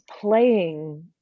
playing